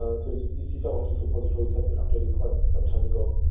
ah so you see some of the repositories have been updated quite some time ago.